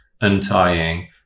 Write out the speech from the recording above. untying